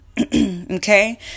Okay